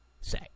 say